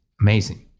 amazing